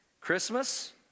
Christmas